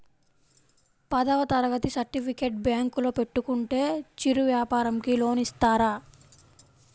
పదవ తరగతి సర్టిఫికేట్ బ్యాంకులో పెట్టుకుంటే చిరు వ్యాపారంకి లోన్ ఇస్తారా?